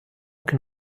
can